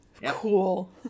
cool